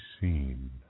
seen